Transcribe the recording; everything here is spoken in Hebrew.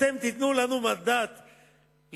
אתם תיתנו לנו מנדט ליצור,